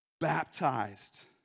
baptized